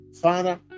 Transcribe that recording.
Father